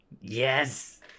Yes